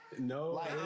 No